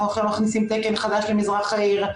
אנחנו מכניסים עכשיו תקן חדש למזרח העיר,